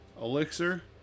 Elixir